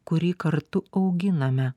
kurį kartu auginame